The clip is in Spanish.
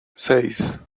seis